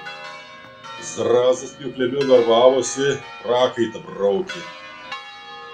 zrazas pjūkleliu darbavosi prakaitą braukė